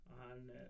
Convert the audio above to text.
on